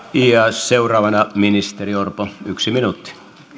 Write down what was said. seuraavana ministeri orpo yksi minuutti